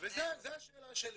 זו השאלה שלי.